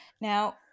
now